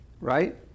right